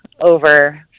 over